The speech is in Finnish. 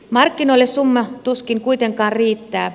markkinoille summa tuskin kuitenkaan riittää